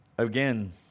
Again